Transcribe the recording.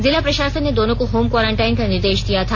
जिला प्रशासन ने दोनों को होम क्वारंटाइन का निर्देश दिया था